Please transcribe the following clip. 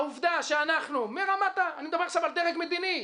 העובדה שאנחנו אני מדבר עכשיו על דרג מדיני,